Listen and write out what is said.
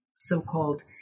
so-called